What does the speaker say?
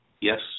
Yes